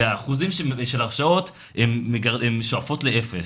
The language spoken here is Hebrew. והאחוזים של הרשעות שואפים לאפס,